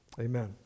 amen